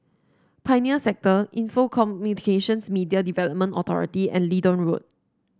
Pioneer Sector Info Communications Media Development Authority and Leedon Road